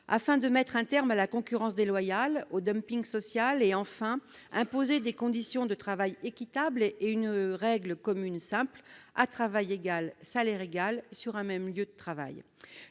à mettre un terme à la concurrence déloyale, au social et, enfin, à imposer des conditions de travail équitables, ainsi qu'une règle commune simple : à travail égal, salaire égal sur un même lieu de travail